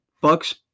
Bucks